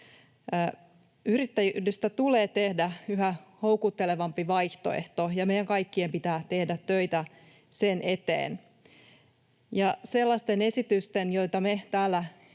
Yrittäjyydestä tulee tehdä yhä houkuttelevampi vaihtoehto, ja meidän kaikkien pitää tehdä töitä sen eteen. Sellaisten esitysten, joita me täällä